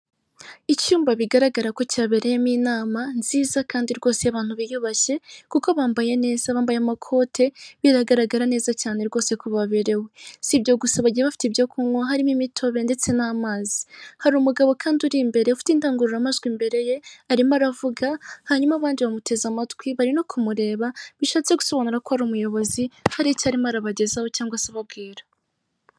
Icyumba bigaragara ko cyabereyemo inama nziza kandi rwose abantu biyubashye kuko bambaye neza, bambaye amakote, biragaragara neza cyane rwose ko baberewe, si ibyo gusa bagiye bafite ibyo kunywa harimo imitobe ndetse n'amazi, hari umugabo kandi uri imbere ufite indangururamajwi imbere ye arimo aravuga, hanyuma abandi bamuteze amatwi bari no kumureba bishatse gusobanura ko ari umuyobozi, hari icyo arimo arabagezaho cyangwa se ababwira.